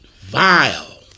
vile